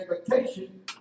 expectation